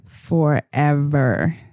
forever